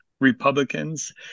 Republicans